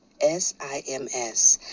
S-I-M-S